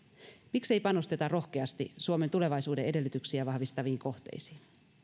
miksei panosteta rohkeasti suomen tulevaisuuden edellytyksiä vahvistaviin kohteisiin